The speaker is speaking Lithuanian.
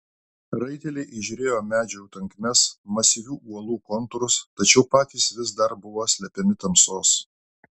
raiteliai įžiūrėjo medžių tankmes masyvių uolų kontūrus tačiau patys vis dar buvo slepiami tamsos